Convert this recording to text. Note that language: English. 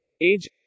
age